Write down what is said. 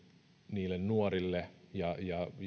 niille nuorille ja